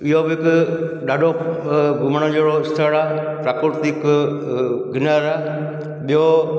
इहो बि हिकु ॾाढो घुमणु जहिड़ो स्थर आहे प्राकृतिक गिरनार आहे ॿियों